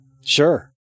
sure